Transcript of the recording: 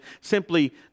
simply